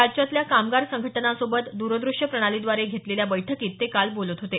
राज्यातल्या कामगार संघटनांसोबत दूरदृश्य प्रणालीद्वारे घेतलेल्या बैठकीत ते बोलत होते